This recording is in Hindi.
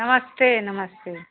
नमस्ते नमस्ते